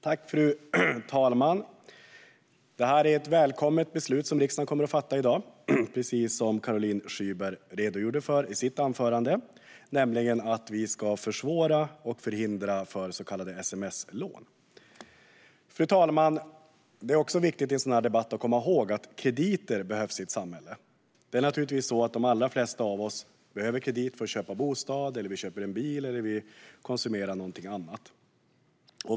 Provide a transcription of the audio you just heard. Fru talman! Det är ett välkommet beslut som riksdagen kommer att fatta i dag, precis som Caroline Szyber redogjorde för i sitt anförande, nämligen att vi ska försvåra för och förhindra så kallade sms-lån. Fru talman! Det är viktigt att komma ihåg i en sådan här debatt att krediter behövs i ett samhälle. De allra flesta av oss behöver kredit för att köpa bostad eller bil eller om vi vill konsumera någonting annat.